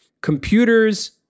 computers